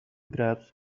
graphs